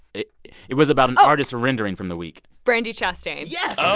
it it was about an artist rendering from the week brandi chastain yes